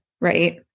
right